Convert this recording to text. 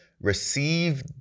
receive